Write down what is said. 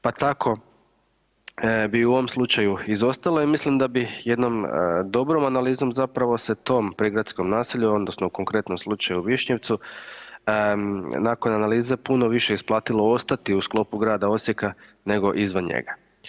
Pa tako bi u ovom slučaju izostalo i mislim da bi jednom dobrom analizom zapravo se tom prigradskom naselju, odnosno u konkretnom slučaju, u Višnjevcu, nakon analize puno više isplatilo ostati u sklopu grada Osijeka nego izvan njega.